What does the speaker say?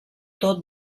tot